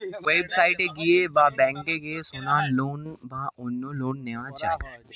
website এ গিয়ে বা ব্যাংকে গিয়ে সোনার লোন বা অন্য লোন নেওয়া যায়